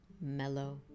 mellow